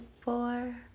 four